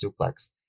suplex